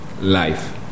life